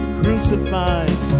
crucified